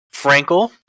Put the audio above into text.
Frankel